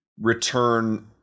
return